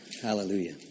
Hallelujah